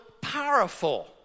powerful